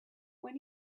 when